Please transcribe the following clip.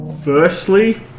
Firstly